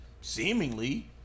seemingly